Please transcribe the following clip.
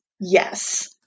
yes